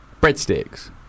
Breadsticks